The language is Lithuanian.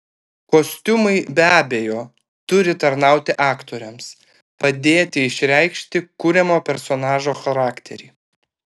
kostiumai be abejo turi tarnauti aktoriams padėti išreikšti kuriamo personažo charakterį